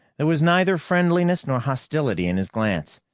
there was neither friendliness nor hostility in his glance.